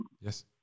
Yes